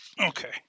Okay